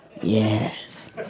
Yes